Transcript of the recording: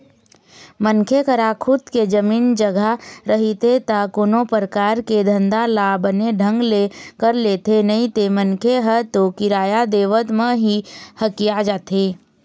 मनखे करा खुद के जमीन जघा रहिथे ता कोनो परकार के धंधा ल बने ढंग ले कर लेथे नइते मनखे ह तो किराया देवत म ही हकिया जाथे